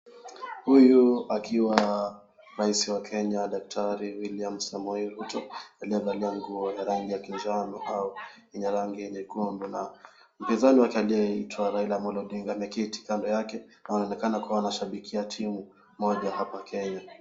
Huyu akiwa rais wa Kenya daktari William Samoei Ruto aliyevalia nguo ya rangi ya kinjano au yenye rangi ya nyekundu na mpinzani wake anayeitwa Raila Amollo Odinga ameketi kando yake anaonekana kuwa anashabikia timu moja hapa Kenya.